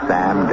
Sam